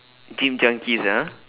gym junkies ah